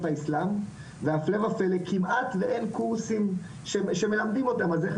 האסלם והפלא ופלא כמעט ואין קורסים שמלמדים אותם על זה,